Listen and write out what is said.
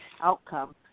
outcome